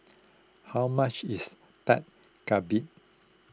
how much is Dak Galbi